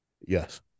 Yes